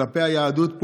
כלפי היהדות,